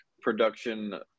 production